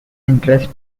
interest